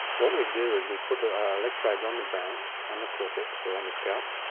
what we do is we put ah ah electrodes on the brain, on the cortex or on the scalp,